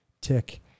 tick